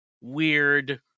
weird